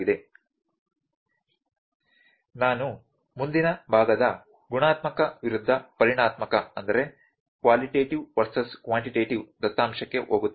Refer Slide Time 0911 ನಾನು ಮುಂದಿನ ಭಾಗದ ಗುಣಾತ್ಮಕ ವಿರುದ್ಧ ಪರಿಮಾಣಾತ್ಮಕ ದತ್ತಾಂಶಕ್ಕೆ ಹೋಗುತ್ತೇನೆ